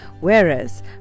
whereas